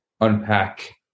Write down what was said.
unpack